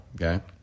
okay